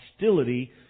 hostility